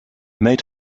made